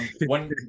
one